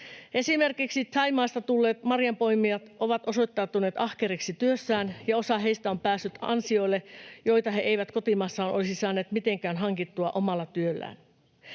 Esimerkiksi Thaimaasta tulleet marjanpoimijat ovat osoittautuneet ahkeriksi työssään, ja osa heistä on päässyt ansioille, joita he eivät kotimaassaan olisi saaneet mitenkään hankittua omalla työllään.